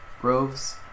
groves